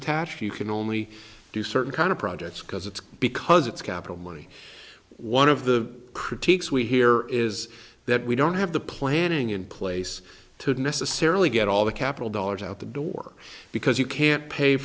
attached you can only do certain kind of projects because it's because it's capital money one of the critiques we hear is that we don't have the planning in place to necessarily get all the capital dollars out the door because you can't pay